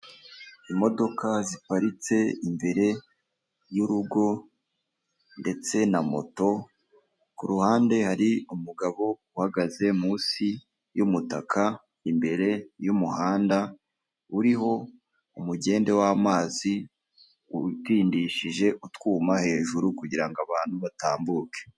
Imodoka ziparitse imbere y'urugo ndetse na moto, ku ruhande hari umugabo uhagaze munsi y'umutaka, imbere y'umuhanda uriho umugende w'amazi utindishije utwuma hejuru kugirango abantu batambuke.